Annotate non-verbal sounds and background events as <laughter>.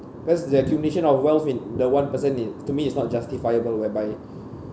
because the accumulation of wealth in the one person it to me it's not justifiable whereby <breath>